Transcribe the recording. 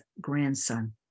grandson